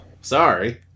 sorry